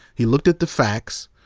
he looked at the facts,